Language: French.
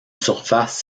surface